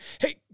Hey